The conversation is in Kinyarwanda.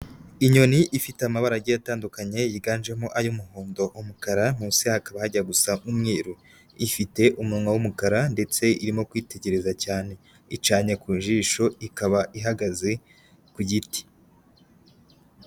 Inyoni ifite amabara agiye atandukanye yiganjemo ay'umuhondo, umukara munsi hakaba hajya gusa umweru, ifite umunwa w'umukara ndetse irimo kwitegereza cyane icanye ku jisho, ikaba ihagaze ku giti.